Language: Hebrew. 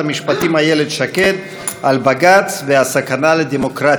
בנושא: המתקפה של שרת המשפטים איילת שקד על בג"ץ והסכנה לדמוקרטיה.